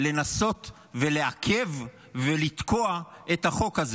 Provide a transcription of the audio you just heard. לנסות לעכב ולתקוע את החוק הזה.